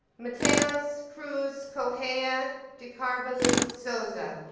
but so cruz correia de carvalho souza